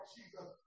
Jesus